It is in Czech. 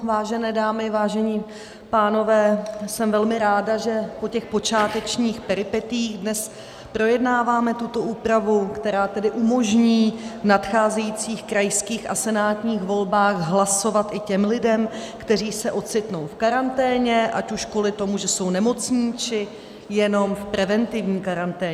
Vážené dámy, vážení pánové, jsem velmi ráda, že po těch počátečních peripetiích dnes projednáváme tuto úpravu, která tedy umožní v nadcházejících krajských a senátních volbách hlasovat i těm lidem, kteří se ocitnou v karanténě, ať už kvůli tomu, že jsou nemocní, či jenom v preventivní karanténě.